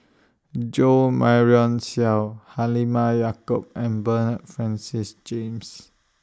Jo Marion Seow Halimah Yacob and Bernard Francis James